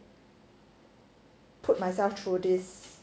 put myself through this